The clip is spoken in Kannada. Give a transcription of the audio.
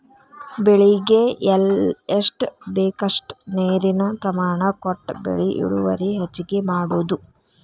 ಬೆಳಿಗೆ ಎಷ್ಟ ಬೇಕಷ್ಟ ನೇರಿನ ಪ್ರಮಾಣ ಕೊಟ್ಟ ಬೆಳಿ ಇಳುವರಿ ಹೆಚ್ಚಗಿ ಮಾಡುದು